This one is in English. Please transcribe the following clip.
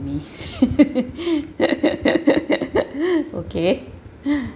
me okay